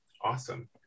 Awesome